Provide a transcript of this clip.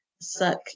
suck